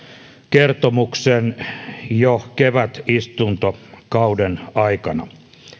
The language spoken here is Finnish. kertomuksen jo kevätistuntokauden aikana